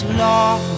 law